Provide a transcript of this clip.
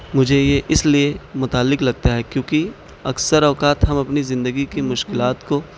مجھے یہ اس لیے متعلق لگتا ہے کیونکہ اکثر اوقات ہم اپنی زندگی کی مشکلات کو